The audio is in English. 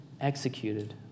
executed